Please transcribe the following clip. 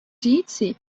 říci